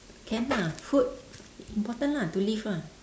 can ah food important lah to live ah